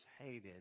hated